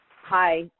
Hi